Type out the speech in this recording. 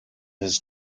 his